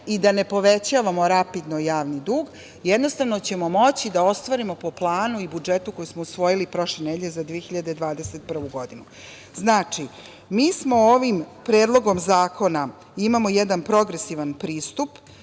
i da ne povećavamo rapidno javni dug, jednostavno ćemo moći da ostvarimo po planu i budžetu za 2021. godinu, koji smo usvojili prošle nedelje. Znači, mi smo ovim Predlogom zakona imali jedan progresivan pristup,